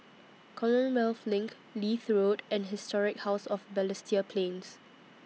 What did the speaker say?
Commonwealth LINK Leith Road and Historic House of Balestier Plains